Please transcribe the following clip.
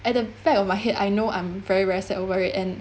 at the back of my head I know I'm very very sad over it and